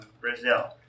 Brazil